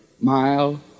mile